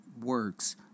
works